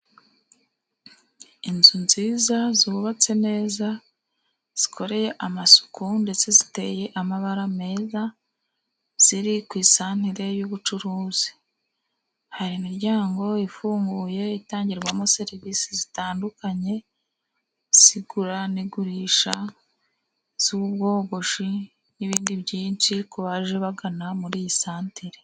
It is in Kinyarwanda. Inzu nziza zubatse neza zikoreye amasuku ndetse ziteye amabara meza, ziri ku isantere y'ubucuruzi. Hari imiryango ifunguye, itangirwamo serivisi zitandukanye z'igura n'igurisha, z'ubwogoshi n'ibindi byinshi ku baje bagana muri iyi santere.